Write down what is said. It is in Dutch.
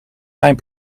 mijn